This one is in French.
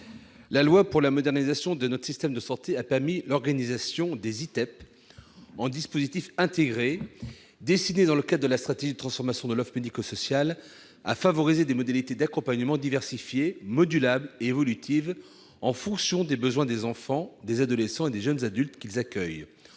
La loi pour la modernisation de notre système de santé a permis l'organisation des instituts thérapeutiques, éducatifs et pédagogiques, les ITEP, en « dispositifs intégrés », destinés, dans le cadre de la stratégie de transformation de l'offre médico-sociale, à favoriser des modalités d'accompagnement diversifiées, modulables et évolutives en fonction des besoins des enfants, des adolescents et des jeunes adultes qu'ils accueillent,